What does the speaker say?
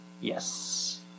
yes